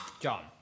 John